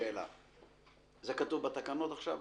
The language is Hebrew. זה כתוב בתקנות עכשיו?